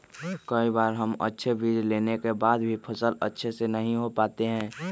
कई बार हम अच्छे बीज लेने के बाद भी फसल अच्छे से नहीं हो पाते हैं?